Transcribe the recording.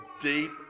deep